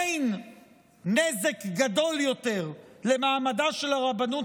אין נזק גדול יותר למעמדה של הרבנות